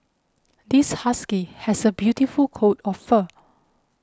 this husky has a beautiful coat of fur